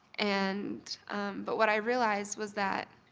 and but what i realized was that